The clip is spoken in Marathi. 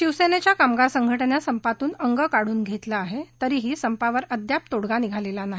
शिवसेनेच्या कामगार संघटनेनं संपातून अंग काढून घेतलं तरीही संपावर अदयाप तोडगा निघालेला नाही